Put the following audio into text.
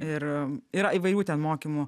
ir yra įvairių ten mokymų